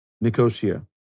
Nicosia